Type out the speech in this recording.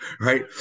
right